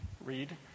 read